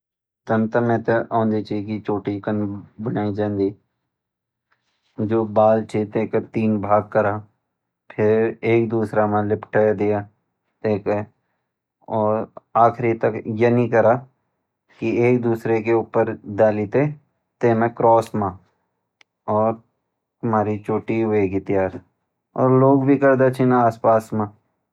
जो बाल छ तेका तीन भाग करा एक दूसरा मा लिपटे दिया और आखरी तक यनी करा क्रॉस मैं डाली ते तुम्हारी छोटी हुएगी तयार।